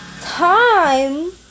time